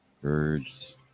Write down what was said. birds